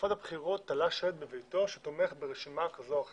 שבתקופת הבחירות תלה שלט בביתו שתומך ברשימה כזו או אחרת,